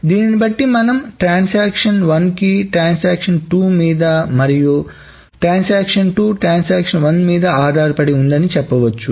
దీన్ని బట్టి మనం ట్రాన్సాక్షన్1 ట్రాన్సాక్షన్2 మీద మరియు ట్రాన్సాక్షన్2 ట్రాన్సాక్షన్1 మీద ఆధారపడి ఉంది అని చెప్పవచ్చు